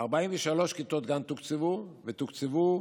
43 כיתות גן תוקצבו ותוקצבו